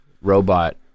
robot